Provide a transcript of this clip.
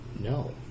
No